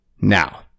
now